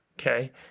okay